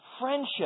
Friendship